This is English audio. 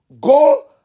Go